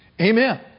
Amen